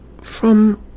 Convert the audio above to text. From